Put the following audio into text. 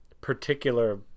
particular